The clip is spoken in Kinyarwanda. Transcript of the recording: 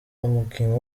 umukinnyi